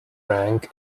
rank